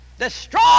Destroy